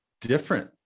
different